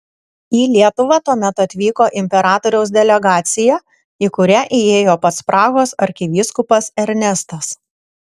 į lietuvą tuomet atvyko imperatoriaus delegacija į kurią įėjo pats prahos arkivyskupas ernestas